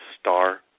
star